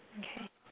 okay